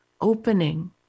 opening